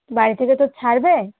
বাড়ি থেকে তোর ছাড়বে